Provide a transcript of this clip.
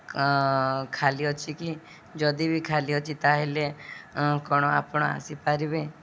ଖାଲି ଅଛି କି ଯଦି ବି ଖାଲି ଅଛି ତା'ହେଲେ କ'ଣ ଆପଣ ଆସିପାରିବେ